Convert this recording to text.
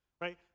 right